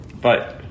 Bye